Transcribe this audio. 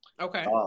okay